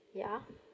ya